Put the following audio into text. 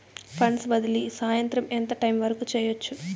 funds బదిలీ సాయంత్రం ఎంత టైము వరకు చేయొచ్చు